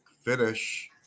finish